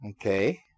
Okay